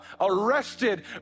arrested